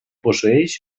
posseeix